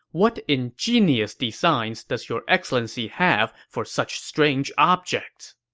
what ingenious design does your excellency have for such strange objects?